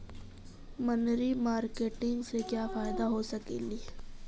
मनरी मारकेटिग से क्या फायदा हो सकेली?